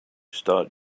start